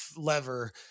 lever